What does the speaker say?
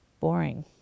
boring